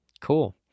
Cool